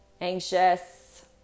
anxious